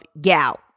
gout